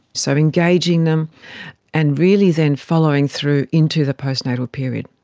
so, engaging them and really then following through into the postnatal period.